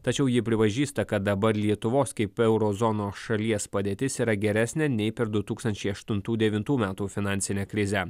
tačiau ji pripažįsta kad dabar lietuvos kaip euro zonos šalies padėtis yra geresnė nei per du tūkstančiai aštuntų devintų metų finansinę krizę